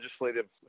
legislative